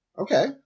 Okay